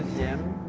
in